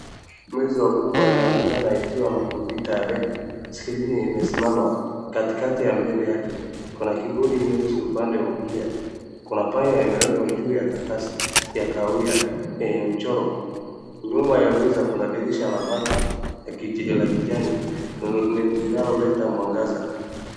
Meza kubwa inaonekana ikiwa na kompyuta .Scrini imesimama, katikati ya mbele yake kuna upande wa kulia .Kna panya imewekwa juu ya kawia na mchoro .Nyuma ya meza kuna dirisha ya bati la kijani linaloleta mwangaza.